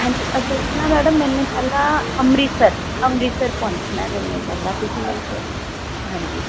ਹਾਂਜੀ ਅਸਲ 'ਚ ਨਾ ਮੈਡਮ ਮੈਨੇ ਪਹਿਲਾਂ ਅੰਮ੍ਰਿਤਸਰ ਅੰਮ੍ਰਿਤਸਰ ਪਹੁੰਚਣਾ ਮੈਨੇ ਪਹਿਲਾਂ ਤੁਸੀਂ ਮੈਨੂੰ ਹਾਂਜੀ